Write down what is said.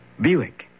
Buick